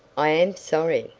i am sorry,